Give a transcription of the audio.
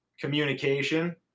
communication